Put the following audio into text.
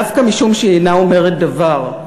דווקא משום שהיא אינה אומרת דבר,